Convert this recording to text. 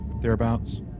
thereabouts